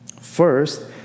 First